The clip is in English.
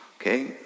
Okay